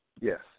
yes